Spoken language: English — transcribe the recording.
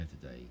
today